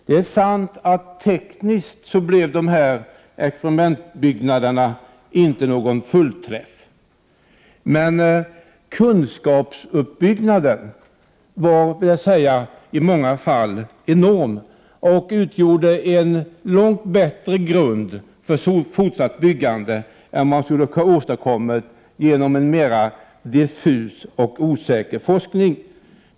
Det är sant att detta experimentbyggande tekniskt sett inte blev någon fullträff, men kunskapsuppbyggandet var i många fall enormt och utgjorde en långt bättre grund för fortsatt byggande än vad man skulle ha kunnat åstadkomma genom en mer diffus och osäker forskning.